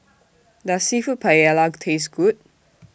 Does Seafood Paella Taste Good